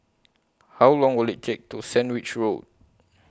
How Long Will IT Take to Sandwich Road